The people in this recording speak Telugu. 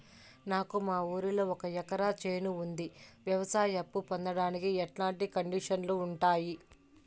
నాకు మా ఊరిలో ఒక ఎకరా చేను ఉంది, వ్యవసాయ అప్ఫు పొందడానికి ఎట్లాంటి కండిషన్లు ఉంటాయి?